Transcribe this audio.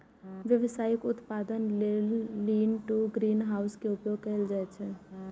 व्यावसायिक उत्पादन लेल लीन टु ग्रीनहाउस के उपयोग कैल जाइ छै